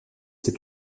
ses